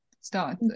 start